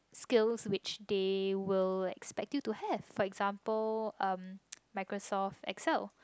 skills which they will like expect you to have for example um Microsoft Excel